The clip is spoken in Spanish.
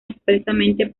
expresamente